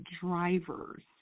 drivers